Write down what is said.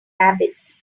rabbits